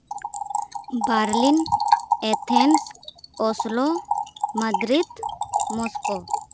Berlin Athens Oslo Madrid Moscow